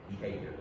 behavior